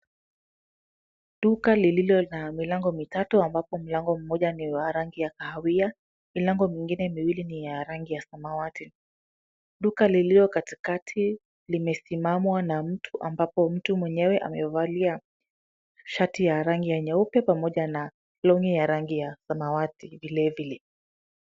Duka lililo na milango mitatu ambapo mlango mmoja ni wa rangi ya kahawia. Milango mingine miwili ni ya rangi ya samawati. Duka lililo katikati limesimamwa na mtu ambapo mtu mwenyewe amevalia shati ya rangi ya nyeupe pamoja na long'i ya rangi ya samawati vilevile.